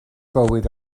bywyd